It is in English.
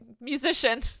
musician